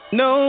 no